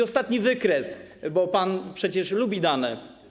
Ostatni wykres, bo pan przecież lubi dane.